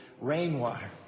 rainwater